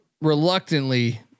reluctantly